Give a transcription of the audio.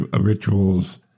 rituals